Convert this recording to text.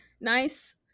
nice